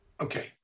Okay